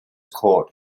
court